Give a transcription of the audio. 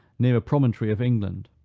near a promontory of england.